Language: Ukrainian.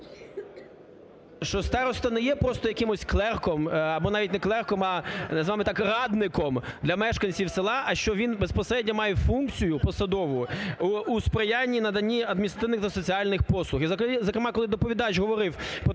Що староста не є просто якимось клерком, або навіть не клерком, а, назвемо так, радником для мешканців села, а що він безпосередньо має функцію посадову у сприянні, наданні адміністративних та соціальних послуг. І, зокрема, коли доповідач говорив